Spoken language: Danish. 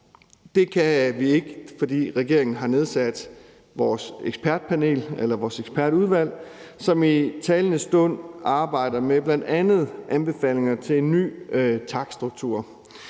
Det kan vi ikke, fordi regeringen har nedsat vores ekspertudvalg, som i talende stund arbejder med bl.a. anbefalinger til en ny takststruktur.